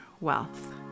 wealth